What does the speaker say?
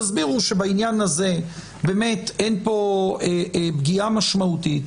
תסבירו שבעניין הזה אין פגיעה משמעותית.